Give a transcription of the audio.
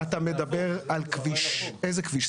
אתה מדבר על איזה כביש?